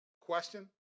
question